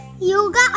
yoga